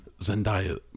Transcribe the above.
Zendaya